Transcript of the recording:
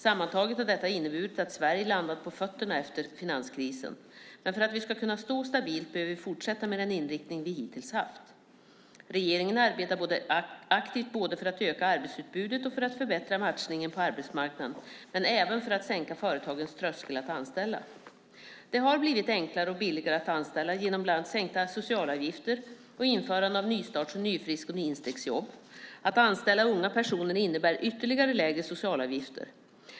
Sammantaget har detta inneburit att Sverige landat på fötterna efter finanskrisen. Men för att vi ska kunna stå stabilt behöver vi fortsätta med den inriktning vi hittills haft. Regeringen arbetar aktivt både för att öka arbetsutbudet och för att förbättra matchningen på arbetsmarknaden, men även för att sänka företagens tröskel att anställa. Det har blivit enklare och billigare att anställa genom bland annat sänkta socialavgifter och införandet av nystarts-, nyfrisk och instegsjobb. Att anställa unga personer innebär ytterligare lägre socialavgifter.